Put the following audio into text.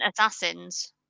assassins